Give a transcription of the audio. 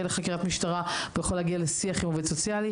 לחקירת משטרה והוא יכול להגיע לשיח עם עובד סוציאלי.